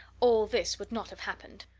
all this would not have happened.